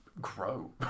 grow